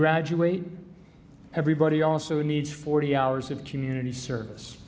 graduate everybody also needs forty hours of community service